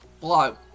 blow